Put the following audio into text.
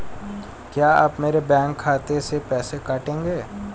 क्या आप मेरे बैंक खाते से पैसे काटेंगे?